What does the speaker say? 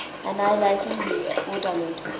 and i liken thee, o dullard,